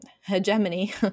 hegemony